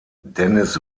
dennis